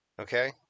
Okay